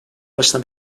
başına